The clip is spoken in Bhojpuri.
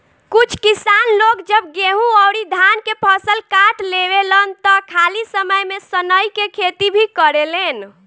कुछ किसान लोग जब गेंहू अउरी धान के फसल काट लेवेलन त खाली समय में सनइ के खेती भी करेलेन